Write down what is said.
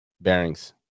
bearings